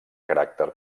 caràcter